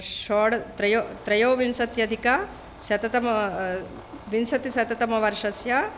षोडश त्रयो त्रयोविंशत्यधिकशततम विंशतिशततमवर्षस्य